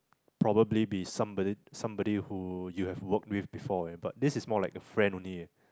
probably be somebody somebody who you have worked with before but this is more like a friend only eh